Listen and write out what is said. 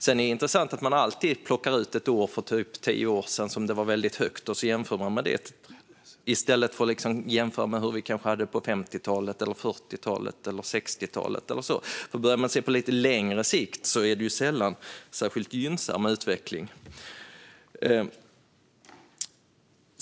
Sedan är det intressant att man alltid plockar ut och jämför med ett år för typ tio år sedan, då det var en väldigt hög siffra, i stället för att jämföra med hur det var på 40-, 50 eller 60-talet. I ett lite längre perspektiv är det ju sällan en särskilt gynnsam utveckling.